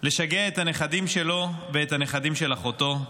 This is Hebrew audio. לשגע את הנכדים שלו ואת הנכדים של אחותו.